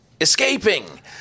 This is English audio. escaping